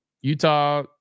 Utah